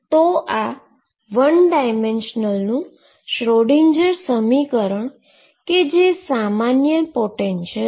તો આ 1 ડાઈમેંશનલનું શ્રોડિંજર સમીકરણ કે જે સામાન્ય પોટેંશીઅલ છે